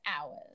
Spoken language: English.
hours